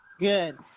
Good